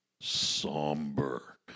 Somber